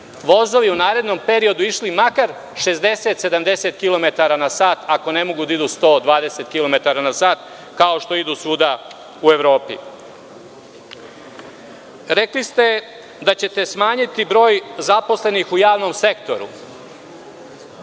vozovi u narednom periodu išli makar 60, 70 km na sat, ako ne mogu da idu 120 km na sat kao što idu svuda u Evropi? Rekli ste da ćete smanjiti broj zaposlenih u javnom sektoru.